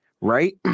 right